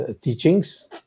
teachings